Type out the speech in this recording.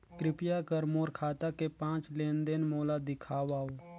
कृपया कर मोर खाता के पांच लेन देन मोला दिखावव